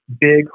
big